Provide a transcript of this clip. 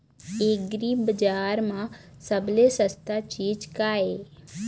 एग्रीबजार म सबले सस्ता चीज का ये?